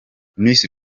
miss